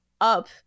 up